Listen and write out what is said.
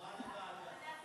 העברה לוועדה.